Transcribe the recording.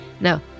No